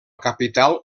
capital